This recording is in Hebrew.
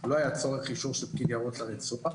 של חברת הכנסת שרון רופא אופיר.